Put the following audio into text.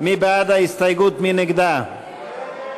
בעד ההסתייגות, 51,